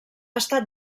estat